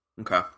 okay